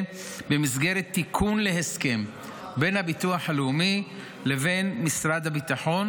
במסגרת תיקון להסכם בין הביטוח הלאומי לבין משרד הביטחון,